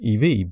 EV